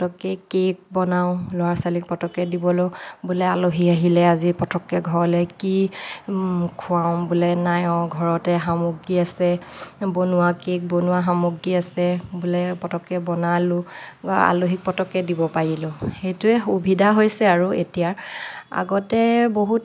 পটককে কেক বনাওঁ ল'ৰা ছোৱালীক পটককে দিবলৈও বোলে আলহী আহিলে আজি পটককে ঘৰলে কি খুৱাম বোলে নাই অঁ ঘৰতে সামগ্ৰী আছে বনোৱা কেক বনোৱা সামগ্ৰী আছে বোলে পটককে বনালোঁ আলহীক পটককে দিব পাৰিলোঁ সেইটোৱে সুবিধা হৈছে আৰু এতিয়া আগতে বহুত